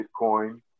Bitcoin